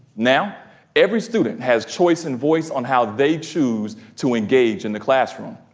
now every student has choice and voice on how they choose to engage in the classroom.